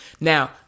Now